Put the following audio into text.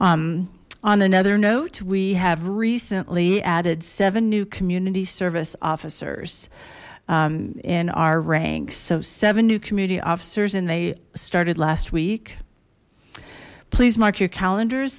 on another note we have recently added seven new community service officers in our ranks so seven new community officers and they started last week please mark your calendars